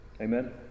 Amen